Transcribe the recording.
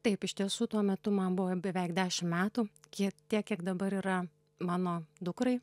taip iš tiesų tuo metu man buvo beveik dešimt metų kiek tiek kiek dabar yra mano dukrai